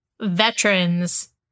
veterans